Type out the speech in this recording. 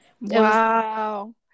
Wow